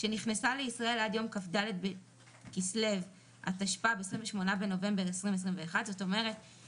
שנכנסה לישראל עד כ"ד בכסלו התשפ"ב (28 בנובמבר 2021). סעיף